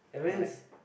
like